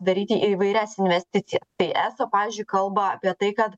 daryti įvairias investicijas tai eso pavyzdžiui kalba apie tai kad